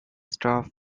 stuff